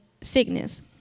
sickness